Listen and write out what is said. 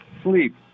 Sleep